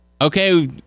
okay